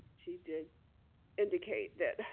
she did indicate that,